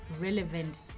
relevant